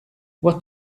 what